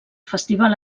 festival